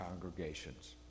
congregations